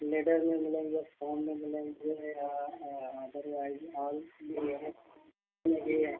leather में मिलेंगे foam में मिलेंगे या अदरवाइज ऑल मिलेंगे जी जी